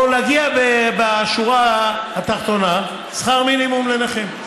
או להגיע, בשורה התחתונה, לשכר מינימום לנכים.